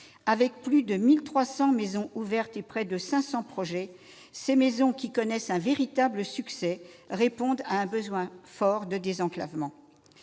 Avec plus de 1 300 maisons ouvertes et près de 500 projets, ces maisons, qui connaissent un véritable succès, répondent à un besoin fort de désenclavement.